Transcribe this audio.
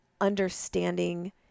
understanding